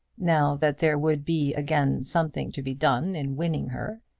now that there would be again something to be done in winning her,